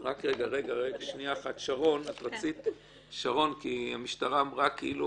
שרון, המשטרה אמרה כאילו